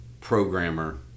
programmer